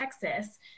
Texas